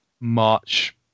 march